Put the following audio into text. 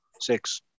Six